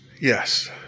Yes